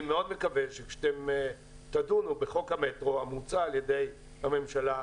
אני מאוד מקווה שכשאתם תדונו בחוק המטרו המוצע על-ידי הממשלה,